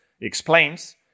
explains